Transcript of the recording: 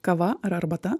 kava ar arbata